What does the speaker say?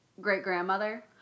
great-grandmother